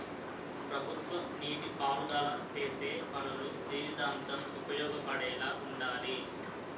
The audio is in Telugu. ప్రభుత్వ నీటి పారుదల సేసే పనులు జీవితాంతం ఉపయోగపడేలా వుండాలి